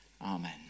Amen